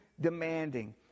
demanding